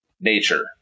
nature